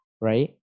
right